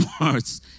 words